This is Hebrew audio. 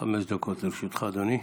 חמש דקות לרשותך, אדוני.